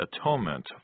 atonement